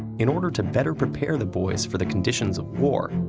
in order to better prepare the boys for the conditions of war,